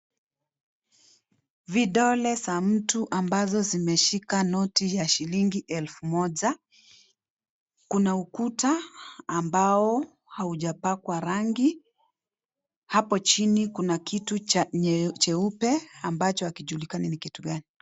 Vidole za mtu ambazo zimeshika noti ya shilingi elfu moja, kuna ukuta ambao haujapakwa rangi. Hapo chini kuna kitu cha cheupe ambacho hakijulikani ni kitu gani.